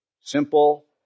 simple